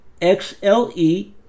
XLE